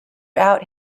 out